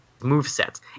movesets